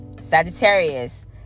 Sagittarius